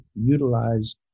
utilize